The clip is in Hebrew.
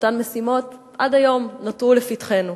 ואותן משימות עד היום נותרו לפתחנו.